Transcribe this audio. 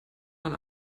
man